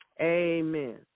Amen